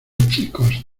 chicos